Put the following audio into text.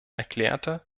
erklärte